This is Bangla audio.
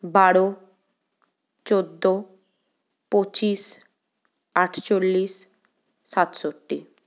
বারো চৌদ্দ পঁচিশ আটচল্লিশ সাতষট্টি